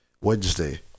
Wednesday